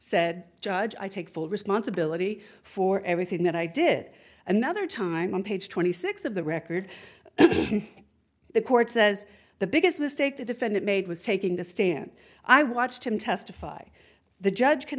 said judge i take full responsibility for everything that i did another time on page twenty six of the record the court says the biggest mistake to defend it made was taking the stand i watched him testify the judge can